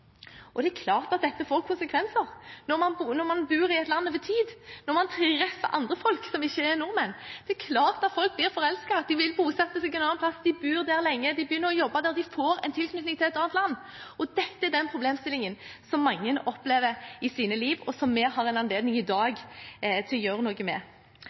Og det er klart at dette får konsekvenser – når man bor i et land over tid, når man treffer andre folk som ikke er nordmenn. Det er klart at folk blir forelsket, at de vil bosette seg et annet sted – de bor der lenge, de begynner å jobbe der, de får en tilknytning til et annet land. Dette er den problemstillingen som mange opplever i sitt liv, og som vi har en anledning i dag til å gjøre noe med.